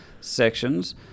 sections